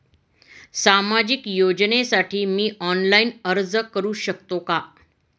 सामाजिक योजनेसाठी मी ऑनलाइन अर्ज करू शकतो का?